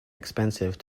expensive